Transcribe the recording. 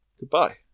goodbye